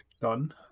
done